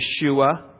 Yeshua